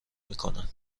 میکنن